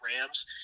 Rams—